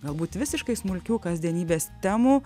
galbūt visiškai smulkių kasdienybės temų